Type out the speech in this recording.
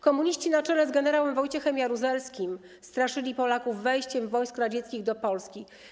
Komuniści na czele z gen. Wojciechem Jaruzelskim straszyli Polaków wejściem wojsk radzieckich do Polski.